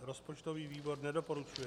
Rozpočtový výbor nedoporučuje.